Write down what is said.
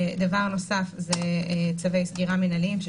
בנוסף, צווי סגירה מינהליים.